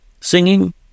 singing